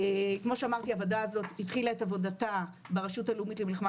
כמו שאמרתי הוועדה הזאת התחילה את עבודתה ברשות הלאומית למלחמה